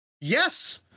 Yes